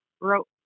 wrote